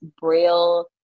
Braille